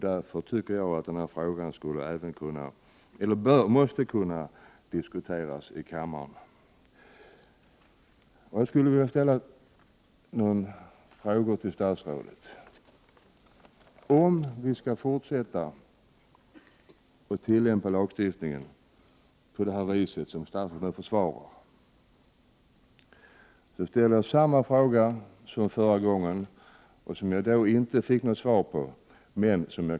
Därför anser jag att denna fråga måste kunna diskuteras i kammaren. Jag skulle vilja ställa några frågor till statsrådet. Om vi nu skall fortsätta att tillämpa lagstiftningen på det sätt som statsrådet säger, vill jag ställa samma fråga som förra gången men som jag då inte fick svar på.